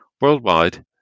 Worldwide